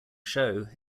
show